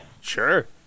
Sure